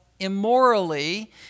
immorally